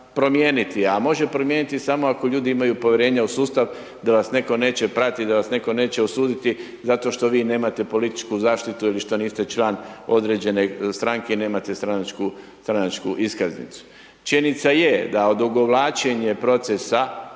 a može promijeniti samo ako ljudi imaju povjerenje u sustav, da vas netko neće pratiti, da vas netko neće osuditi, zato što vi nemate političku zaštitu, ili što niste član određene stranke i nema stranačku iskaznicu. Činjenica je da odugovlačenja procesa,